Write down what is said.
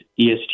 ESG